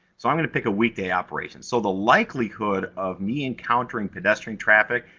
so i'm gonna pick a weekday operation. so, the likelihood of me encountering pedestrian traffic,